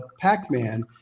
Pac-Man